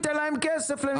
תן להם כסף למבנה מסוכן.